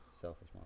Selfish